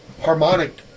harmonic